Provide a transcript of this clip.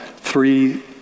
three